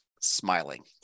smiling